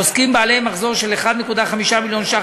עוסקים בעלי מחזור של 1.5 מיליון ש"ח